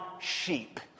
sheep